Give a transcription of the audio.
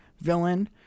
villain